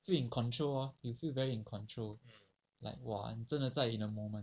feel in control ah you feel very in control like !wah! 你真的在 in a moment